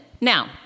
Now